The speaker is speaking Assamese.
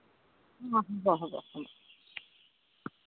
অঁ হ'ব হ'ব হ'ব